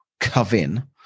Covin